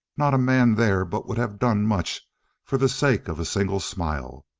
not a man there but would have done much for the sake of a single smile.